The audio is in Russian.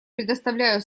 предоставляю